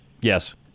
Yes